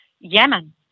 Yemen